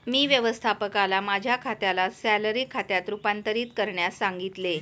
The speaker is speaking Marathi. मी व्यवस्थापकाला माझ्या खात्याला सॅलरी खात्यात रूपांतरित करण्यास सांगितले